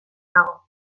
dago